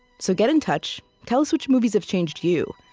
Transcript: so get in touch, tell us which movies have changed you,